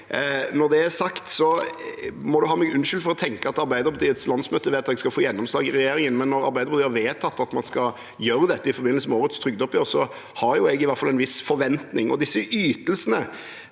bordet. Statsministeren får ha meg unnskyldt for å tenke at Arbeiderpartiets landsmøtevedtak skal få gjennomslag i regjeringen, men når Arbeiderpartiet har vedtatt at man skal gjøre dette i forbindelse med årets trygdeoppgjør, har jeg i hvert fall en viss forventning. Når det gjelder